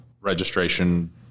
registration